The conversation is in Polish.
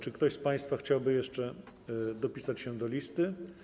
Czy ktoś z państwa chciałby jeszcze dopisać się do listy?